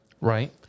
right